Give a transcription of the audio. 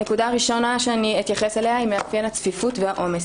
הנקודה הראשונה שאני אתייחס אליה היא מאפיין הצפיפות והעומס.